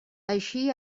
així